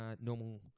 normal